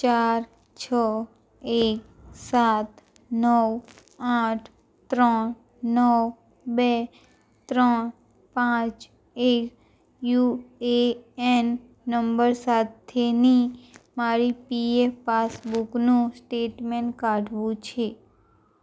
ચાર છ એક સાત નવ આઠ ત્રણ નવ બે ત્રણ પાંચ એક યુ એ એન નંબર સાથેની મારી પીએફ પાસબુકનું સ્ટેટમેન કાઢવું છે